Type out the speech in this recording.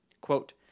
Quote